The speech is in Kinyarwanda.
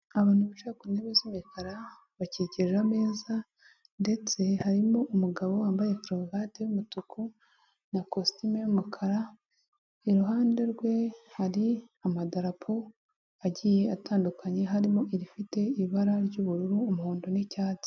Abantu bicaye ku ntebe z'imikara, bakikije ameza ndetse harimo umugabo wambaye karuvate y'umutuku na kositimu y'umukara, iruhande rwe hari amadarapo agiye atandukanye, harimo irifite ibara ry'ubururu, umuhondo n'icyatsi.